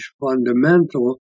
fundamental